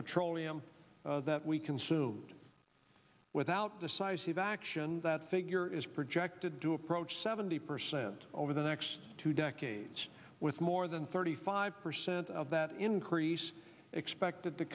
petroleum that we consumed without the size of action that figure is projected to approach seventy percent over the next two decades with more than thirty five percent of that increase expected to